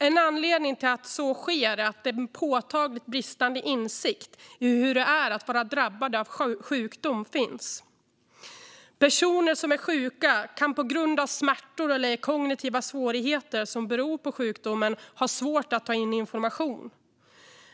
En anledning till det är en påtaglig bristande insikt i hur det är att vara drabbad av sjukdom. Personer som är sjuka kan på grund av smärtor eller kognitiva svårigheter, som beror på sjukdomen, ha svårt att ta in information.